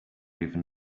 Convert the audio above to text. even